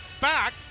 back